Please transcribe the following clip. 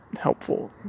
helpful